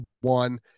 one